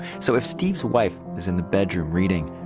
so if steve's wife is in the bedroom reading,